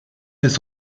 bis